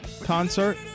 concert